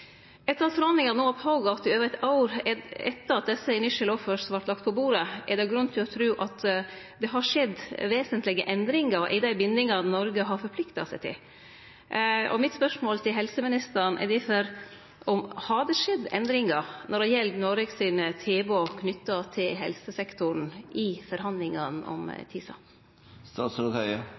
Etter at forhandlingane no har pågått i over eit år, etter at desse «initial offers» vart lagde på bordet, er det grunn til å tru at det har skjedd vesentlege endringar i dei bindingane Noreg har forplikta seg til. Mitt spørsmål til helseministeren er difor: Har det skjedd endringar når det gjeld Noreg sine tilbod knytte til helsesektoren i forhandlingane om